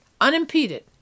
unimpeded